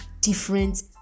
different